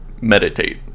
meditate